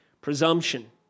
Presumption